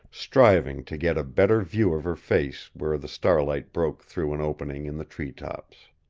striving to get a better view of her face where the starlight broke through an opening in the tree-tops.